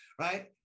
right